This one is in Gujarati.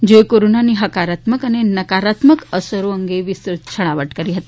જેઓએ કોરોનાની હકારાત્મક અને નકારાત્મક અસરો અંગે છણાવટ કરી હતી